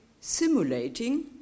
simulating